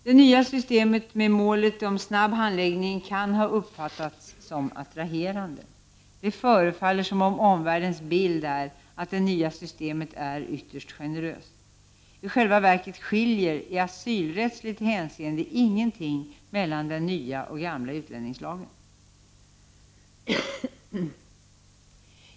Det nya systemet med en snabb handläggning som mål kan ha uppfattats som attraherande. Det förefaller som om omvärldens bild är att det nya systemet är ytterst generöst. I själva verket skiljer i asylrättsligt hänseende ingenting mellan den nya och den gamla utlänningslagen.